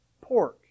pork